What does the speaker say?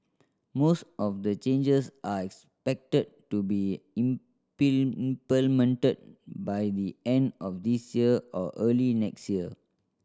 most of the changes are expected to be implemented by the end of this year or early next year